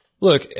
look